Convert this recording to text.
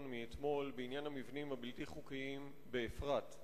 מאתמול בעניין המבנים הבלתי-חוקיים באפרת.